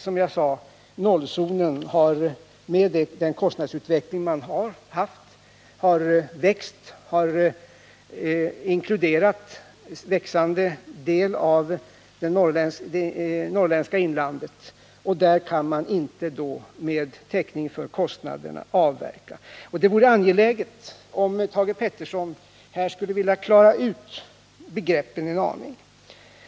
som jag sade, nollzonen på grund av den kostnadsutveckling som förekommit har inkluderat en växande del av det norrländska inlandet. Där kan man då inte avverka med täckning för kostnaderna. Det vore angeläget om Thage Peterson här kunde klara ut begreppen en aning.